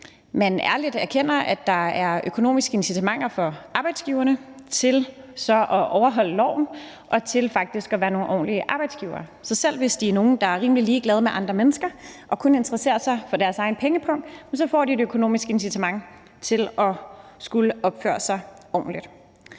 man ærligt erkender, at der er økonomiske incitamenter for arbejdsgiverne til at overholde loven og til faktisk at være nogle ordentlige arbejdsgivere. Så selv hvis der er nogle, der er rimelig ligeglade med andre mennesker og kun interesserer sig for deres egen pengepung, så får de et økonomisk incitament til at skulle opføre sig ordentligt.